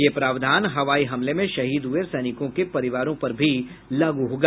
ये प्रावधान हवाई हमले में शहीद हुए सैनिकों के परिवारों पर भी लागू होगा